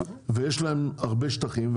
יש להם הרבה שטחים,